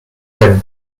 him